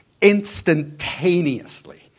instantaneously